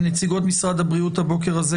נציגות משרד הבריאות הבוקר הזה,